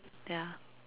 ya